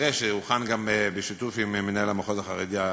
שכנראה הוכנה בשיתוף מנהל המחוז החרדי הנוכחי.